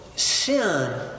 Sin